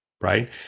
right